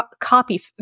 copy